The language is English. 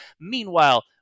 Meanwhile